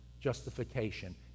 justification